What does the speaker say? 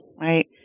right